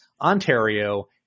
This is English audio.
Ontario